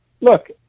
look